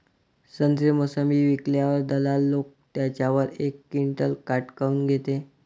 संत्रे, मोसंबी विकल्यावर दलाल लोकं त्याच्यावर एक क्विंटल काट काऊन घेते?